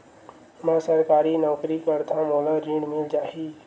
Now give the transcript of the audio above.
मै सरकारी नौकरी करथव मोला ऋण मिल जाही?